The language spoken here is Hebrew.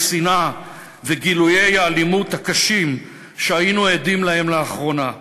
השנאה וגילויי האלימות הקשים שהיינו עדים להם לאחרונה.